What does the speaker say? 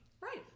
Right